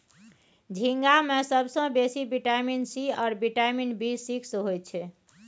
झींगा मे सबसँ बेसी बिटामिन सी आ बिटामिन बी सिक्स होइ छै